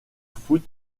foot